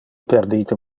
perdite